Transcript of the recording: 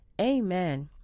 Amen